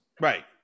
Right